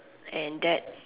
and that